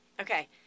Okay